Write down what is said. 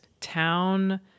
town